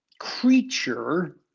creature